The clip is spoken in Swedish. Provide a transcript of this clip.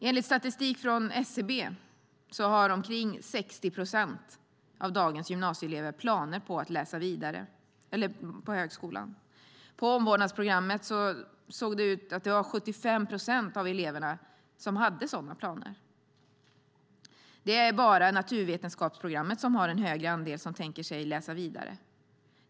Enligt statistik från SCB har omkring 60 procent av dagens gymnasieelever planer på att börja läsa på högskolan. På omvårdnadsprogrammet är det omkring 75 procent av eleverna som har sådana planer. Det är endast naturvetenskapsprogrammet som har en högre andel elever som tänker läsa vidare.